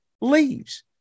leaves